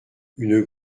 une